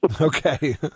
Okay